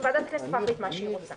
וועדת הכנסת יכולה להחליט מה שהיא רוצה.